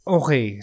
okay